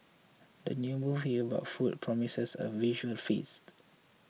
the new movie about food promises a visual feast